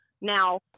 Now